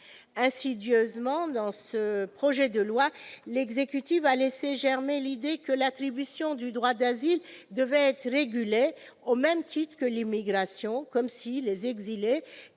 Insidieusement, l'exécutif laisse germer l'idée que l'attribution du droit d'asile devrait être régulée au même titre que l'immigration, comme si les exilés